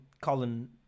Colin